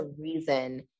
reason